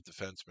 defenseman